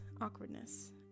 awkwardness